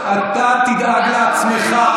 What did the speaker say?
אתה, תדאג לעצמך.